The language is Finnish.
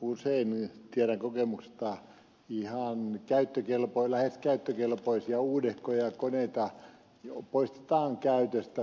usein tiedän kokemuksesta ihan lähes käyttökelpoisia uudehkoja koneita poistetaan käytöstä